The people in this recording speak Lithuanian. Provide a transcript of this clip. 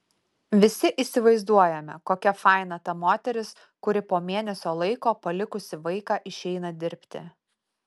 visi įsivaizduojame kokia faina ta moteris kuri po mėnesio laiko palikusi vaiką išeina dirbti